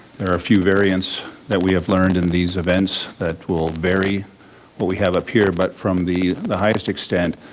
there are a few variants that we have learned in these events that will vary what but we have up here, but from the the highest extent,